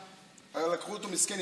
מסכן,